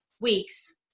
weeks